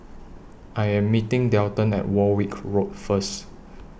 I Am meeting Delton At Warwick Road First